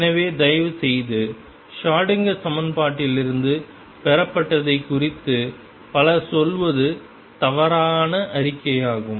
எனவே தயவுசெய்து Schrödinger Schrödinger சமன்பாட்டிலிருந்து பெறப்பட்டதை குறித்து பலர் சொல்வது தவறான அறிக்கையாகும்